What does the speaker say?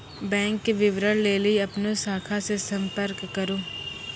bank विबरण लेली अपनो शाखा से संपर्क करो